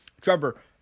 Trevor